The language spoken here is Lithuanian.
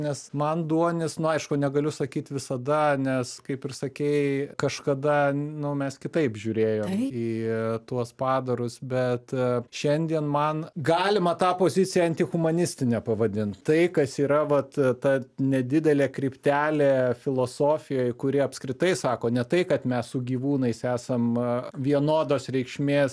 nes man duonis nu aišku negaliu sakyt visada nes kaip ir sakei kažkada nu mes kitaip žiūrėjom į tuos padarus bet šiandien man galima tą poziciją antihumanistine pavadint tai kas yra vat ta nedidelė kryptelė filosofijoj kuri apskritai sako ne tai kad mes su gyvūnais esam vienodos reikšmės